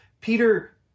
Peter